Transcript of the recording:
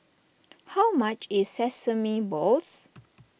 how much is Sesame Balls